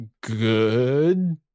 good